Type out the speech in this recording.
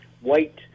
white